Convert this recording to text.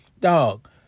dog